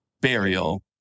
burial